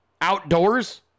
outdoors